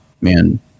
Man